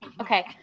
Okay